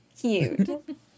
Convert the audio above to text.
cute